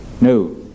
No